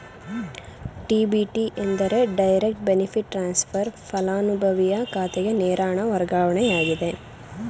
DBT ಎಂದರೆ direct benefit transfer, ಪಲಾನುಭವಿಯ ಖಾತೆಗೆ ನೇರ ಹಣ ವರ್ಗಾವಣೆಯಾಗಿದೆ